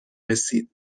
رسید